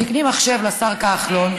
תקני מחשב לשר כחלון,